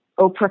Oprah